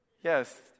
Yes